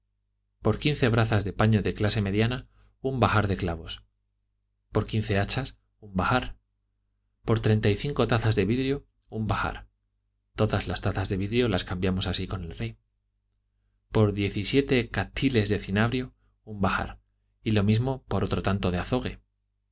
por quince brazas de paño de clase mediana un bahar de clavos por quince hachas un bahar por treinta y cinco tazas de vidrio un bahar todas las tazas de vidrio las cambiamos así con el rey por diez y siete cathiles de cinabrio un bahar y lo mismo por otro tanto de azog ue